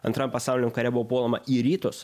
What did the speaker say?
antram pasauliniam kare buvo puolama į rytus